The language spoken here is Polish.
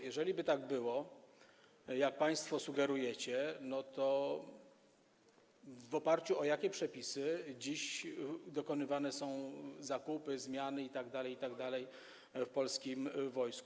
Jeżeliby tak było, jak państwo sugerujecie, to w oparciu o jakie przepisy dziś dokonywane są zakupy, zmiany itd., itd. w polskim wojsku?